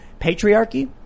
Patriarchy